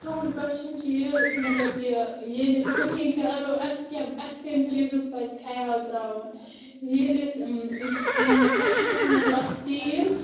تُہنٛد کۄسچِن چھُ یہِ مطلب کہِ ییٚلہِ أسۍ کُکِنگ کرو اسہِ کیاہ اسہِ کمہِ چیٖزُک پزِ خیال تراوُن ییٚلہِ أسۍ مطلب پریشرس منٛز آسہِ تِیٖل